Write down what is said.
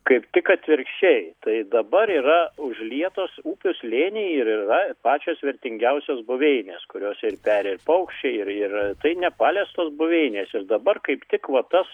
kaip tik atvirkščiai tai dabar yra užlietos ūkio slėnyje ir yra pačios vertingiausios buveinės kuriose ir peria ir paukščiai ir yra tai nepaliestos buveinės ir dabar kaip tik va tas